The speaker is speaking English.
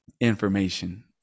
information